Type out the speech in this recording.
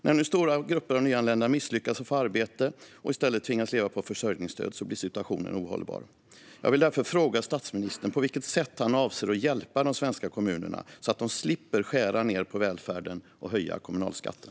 När nu stora grupper av nyanlända misslyckas med att få arbete och i stället tvingas leva på försörjningsstöd blir situationen ohållbar. Jag vill därför fråga statsministern på vilket sätt han avser att hjälpa de svenska kommunerna så att de slipper skära ned på välfärden och höja kommunalskatten.